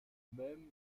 même